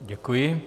Děkuji.